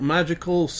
Magical